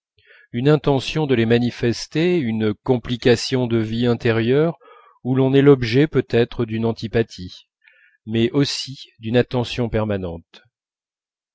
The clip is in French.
une intention de les manifester une complication de vie intérieure où l'on est l'objet peut-être d'une antipathie mais aussi d'une attention permanentes